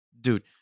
Dude